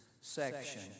section